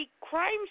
crime